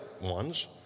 ones